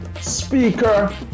speaker